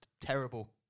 terrible